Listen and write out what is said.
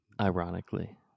Ironically